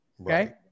Okay